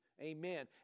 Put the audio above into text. Amen